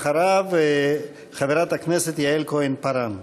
אחריו, חברת הכנסת יעל כהן-פארן.